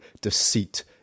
deceit